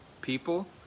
people